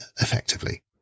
effectively